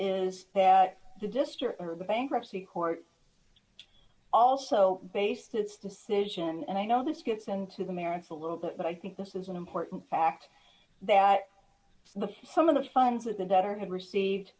is that the district or the bankruptcy court also based its decision and i know this gets into the merits a little bit but i think this is an important fact that the some of the funds that the debtor had received